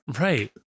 Right